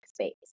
space